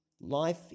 life